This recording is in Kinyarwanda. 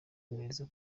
neza